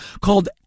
called